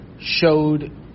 showed